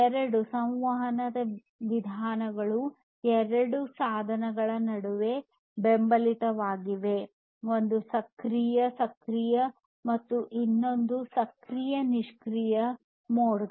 ಎರಡು ಸಂವಹನ ವಿಧಾನಗಳು ಎರಡು ಸಾಧನಗಳ ನಡುವೆ ಬೆಂಬಲಿತವಾಗಿದೆ ಒಂದು ಸಕ್ರಿಯ ಸಕ್ರಿಯ ಮತ್ತು ಇನ್ನೊಂದು ಸಕ್ರಿಯ ನಿಷ್ಕ್ರಿಯ ಮೋಡ್